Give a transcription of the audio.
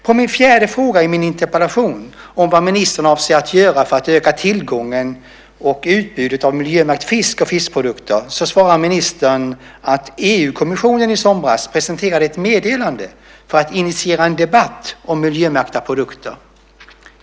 På den fjärde frågan i min interpellation om vad ministern avser att göra för att öka tillgången och utbudet av miljömärkt fisk och fiskprodukter svarar ministern att EU-kommissionen i somras presenterade ett meddelande för att initiera en debatt om miljömärkta produkter.